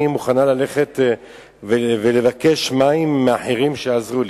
מוכנה ללכת ולבקש מים מאחרים שיעזרו לי.